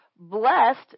Blessed